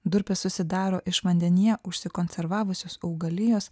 durpės susidaro iš vandenyje užsikonservavusios augalijos